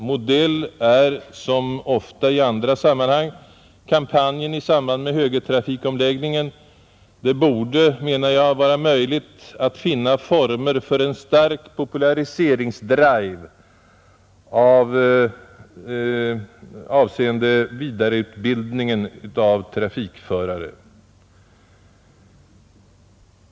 Modell är, som ofta i andra sammanhang, kampanjen i samband med högertrafikomläggningen. Det borde, menar jag, vara möjligt att finna former för en stark populariseringsdrive avseende vidareutbildningen av trafikförare.